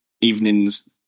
evenings